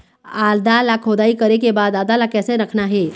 आदा ला खोदाई करे के बाद आदा ला कैसे रखना हे?